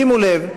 שימו לב,